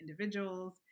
individuals